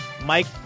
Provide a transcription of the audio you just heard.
mike